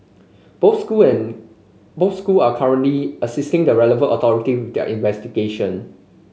both school and both school are currently assisting the relevant authority with their investigation